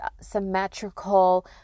symmetrical